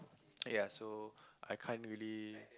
ya so I can't really